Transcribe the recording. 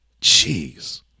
Jeez